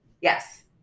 yes